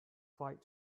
flight